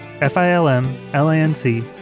F-I-L-M-L-A-N-C